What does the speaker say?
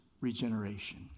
regeneration